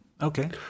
Okay